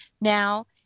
now